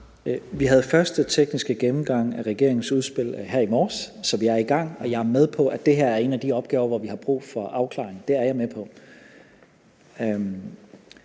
Vi havde første tekniske gennemgang af regeringens udspil her i morges, så vi er i gang. Jeg er med på, at det her er en af de opgaver, hvor vi har brug for afklaring – det er jeg med på.